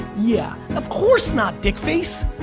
yeah, of course not, dick face.